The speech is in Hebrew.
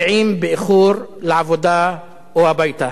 מגיעים באיחור לעבודה או הביתה.